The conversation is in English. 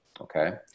okay